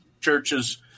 churches